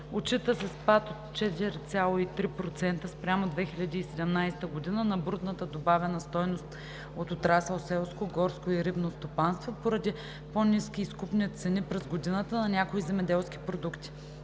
Отчита се спад от 4,3% спрямо 2017 г. на брутната добавена стойност от отрасъл „Селско, горско и рибно стопанство“ поради по-ниските изкупни цени през годината на някои земеделски продукти.